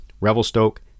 Revelstoke